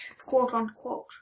quote-unquote